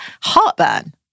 heartburn